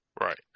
Right